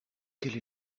quelle